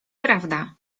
prawda